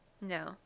No